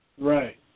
Right